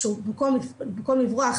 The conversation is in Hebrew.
במקום לברוח